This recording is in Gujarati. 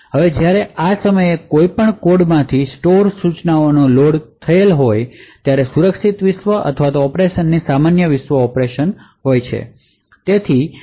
હવે જ્યારે પણ આ સમયે કોઈપણ કોડમાંથી સ્ટોર સૂચનાઓનો લોડ હોય છે ત્યારે સુરક્ષિત વિશ્વ અથવા ઑપરેશનની સામાન્ય વિશ્વ ઓપરેશન હોય